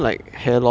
it's crazy